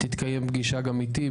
תתקיים פגישה גם איתי,